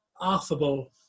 affable